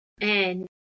and-